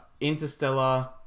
Interstellar